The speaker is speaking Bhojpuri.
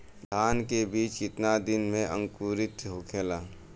धान के बिज कितना दिन में अंकुरित होखेला?